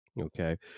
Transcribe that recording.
Okay